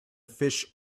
fish